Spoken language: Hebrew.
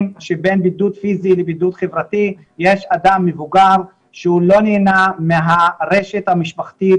שבין בידוד פיזי לבידוד חברתי יש אדם מבוגר שהוא לא נהנה מהרשת המשפחתית